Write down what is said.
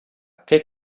che